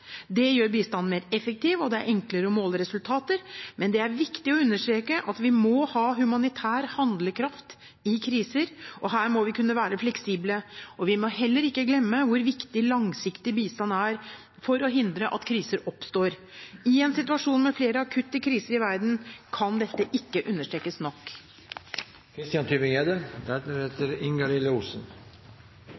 Det gjør bistanden mer effektiv, og det er enklere å måle resultater. Men det er viktig å understreke at vi må ha humanitær handlekraft i kriser, og her må vi kunne være fleksible, og vi må heller ikke glemme hvor viktig langsiktig bistand er for å hindre at kriser oppstår. I en situasjon med flere akutte kriser i verden kan dette ikke understrekes nok.